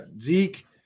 Zeke